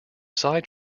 side